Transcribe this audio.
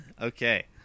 Okay